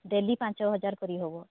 daily ପାଞ୍ଚ ହଜାର କରିହେବ